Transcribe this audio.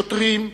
שוטרים,